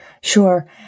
Sure